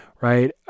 right